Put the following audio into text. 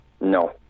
No